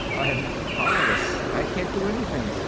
i'm powerless. i can't do anything.